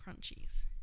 crunchies